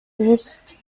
bist